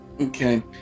Okay